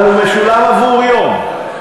אבל הוא משולם עבור יום.